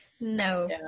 No